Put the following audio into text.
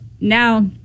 now